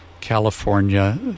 California